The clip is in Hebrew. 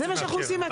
זה מה שאנחנו עושים.